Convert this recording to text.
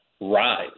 rise